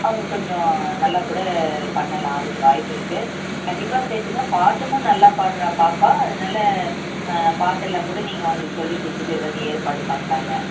அவங்க கொஞ்சம் நல்லா கூட பண்ணலாம் அதுக்கு வாய்ப்பு இருக்குது கண்டிப்பாக சேர்த்துக்ங்க பாட்டும் நல்லா பாடுறா பாப்பா அதனால பாட்டெல்லாம் கூட நீங்கள் அவங்களுக்கு சொல்லி கொடுக்குறதுக்கு ஏதாவது ஏற்பாடு பண்ணலாங்க